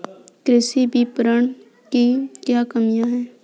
कृषि विपणन की क्या कमियाँ हैं?